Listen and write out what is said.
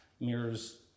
mirrors